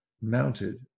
mounted